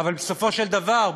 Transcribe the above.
אבל בסופו של דבר,